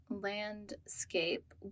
landscape